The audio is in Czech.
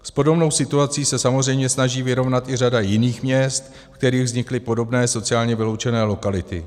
S podobnou situací se samozřejmě snaží vyrovnat i řada jiných měst, ve kterých vznikly podobné sociálně vyloučené lokality.